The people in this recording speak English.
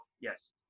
yes